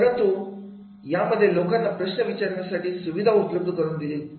परंतु यामध्ये लोकांना प्रश्न विचारण्यासाठी सुविधा उपलब्ध करून दिलेली असतील